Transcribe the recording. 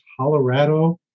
Colorado